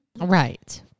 right